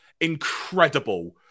incredible